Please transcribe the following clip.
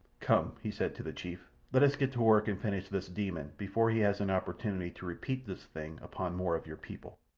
come! he said to the chief. let us get to work and finish this demon before he has an opportunity to repeat this thing upon more of your people.